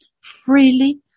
Freely